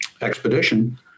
expedition